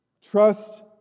Trust